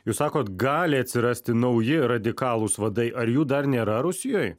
jūs sakot gali atsirasti nauji radikalūs vadai ar jų dar nėra rusijoj